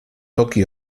toki